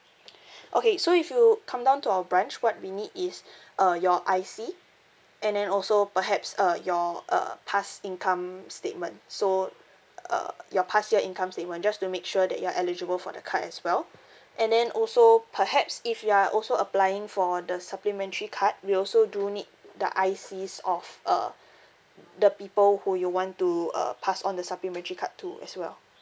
okay so if you come down to our branch what we need is uh your I_C and then also perhaps uh your uh past income statement so uh your past year income statement just to make sure that you are eligible for the card as well and then also perhaps if you are also applying for the supplementary card we also do need the I_Cs of uh the people who you want to uh pass on the supplementary card to as well